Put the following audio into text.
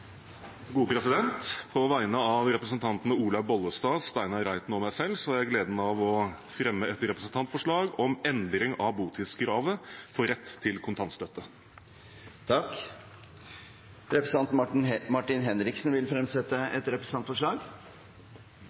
et representantforslag. På vegne av representantene Olaug V. Bollestad, Steinar Reiten og meg selv har jeg gleden av å fremme et representantforslag om endring av botidskravet for rett til kontantstøtte. Representanten Martin Henriksen vil fremsette et representantforslag.